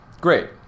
Great